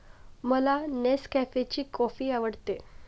मला नेसकॅफेची कॉफी आवडते